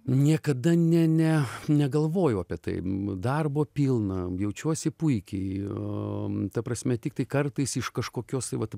niekada ne ne negalvojau apie tai darbo pilna jaučiuosi puikiai nu ta prasme tiktai kartais iš kažkokios vat